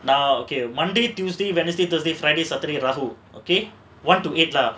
now okay monday tuesday wednesday thursday friday saturday rahul okay one to eight lah